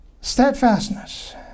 Steadfastness